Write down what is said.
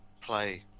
play